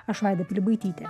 aš vaida pilibaitytė